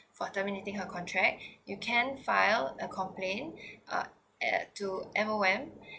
for terminating her contract you can file a complain uh at to M_O_M